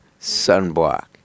sunblock